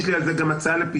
יש לי על זה גם הצעה לפתרון,